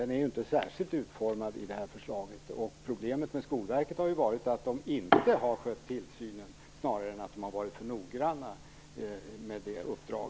Den är ju inte särskilt utformad i det här förslaget. Och problemet med Skolverket har ju varit att man inte har skött tillsynen snarare än att man har varit för noggrann med detta uppdrag.